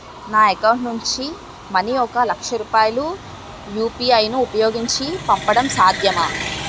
నా అకౌంట్ నుంచి మనీ ఒక లక్ష రూపాయలు యు.పి.ఐ ను ఉపయోగించి పంపడం సాధ్యమా?